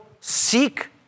seek